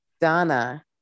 Donna